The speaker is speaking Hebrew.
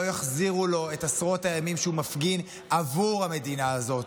לא יחזירו לו את עשרות הימים שהוא מפגין עבור המדינה הזאת,